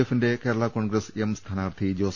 A ഫിന്റെ Kerala Congress M സ്ഥാനാർത്ഥി ജോസ്